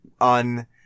on